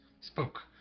spoke